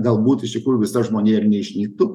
galbūt iš tikrųjų visa žmonija ir neišnyktų